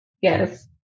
Yes